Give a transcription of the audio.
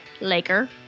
Laker